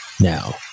Now